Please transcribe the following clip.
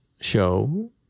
show